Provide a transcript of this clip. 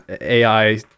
ai